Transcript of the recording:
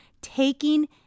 Taking